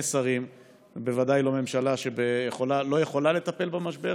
שרים היא בוודאי לא ממשלה שיכולה לטפל במשבר,